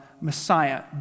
Messiah